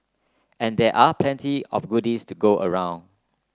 and there are plenty of goodies to go around